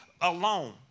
alone